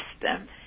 system